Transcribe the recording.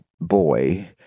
boy